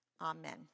Amen